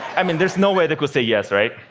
i mean there's no way they could say yes, right?